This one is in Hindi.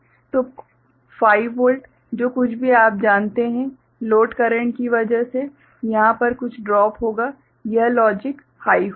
तो 5 वोल्ट जो कुछ भी आप जानते हैं लोड करंट की वजह से यहाँ पर कुछ ड्रॉप होगा यह लॉजिक हाइ होगा